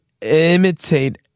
imitate